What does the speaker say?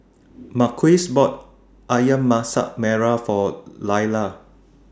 Marquise bought Ayam Masak Merah For Lailah